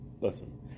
listen